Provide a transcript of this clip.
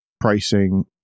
pricing